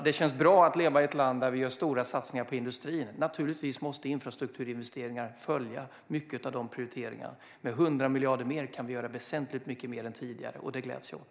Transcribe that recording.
Det känns bra att leva i ett land där vi gör stora satsningar på industrin. Naturligtvis måste infrastrukturinvesteringar följa många av de prioriteringarna. Med 100 miljarder mer kan vi göra väsentligt mycket mer än tidigare, och det gläds jag åt.